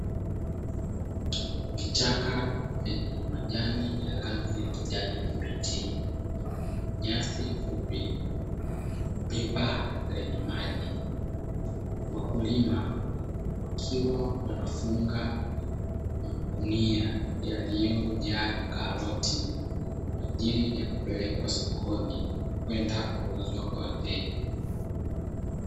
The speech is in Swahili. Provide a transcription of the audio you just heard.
Vichaka venye majani ya rangi ya kijani kibichi nyasi fupi pipa lenye maji wakulima wakiwa wanafunga magunia yaliojaa karoti kwa ajili ya kupelekwa sokoni kwenda kuuzwa kwa wateja.